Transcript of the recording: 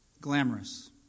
glamorous